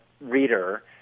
reader